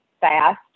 fast